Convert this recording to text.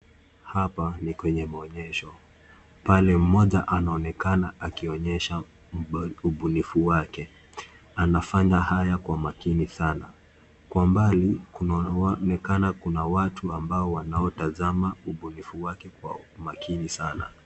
Hapa ni kwenye maonyesho, pale mmoja anaonekana akionyesha ubunifu wake. Anafanya haya kwa makini sana, kwa mbali kunaonekana kuna watu ambao wanaotazama ubunifu wake kwa umakini sana.